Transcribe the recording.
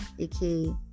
Okay